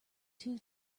two